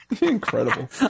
Incredible